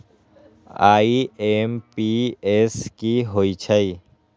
IMPS की होईछइ?